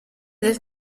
del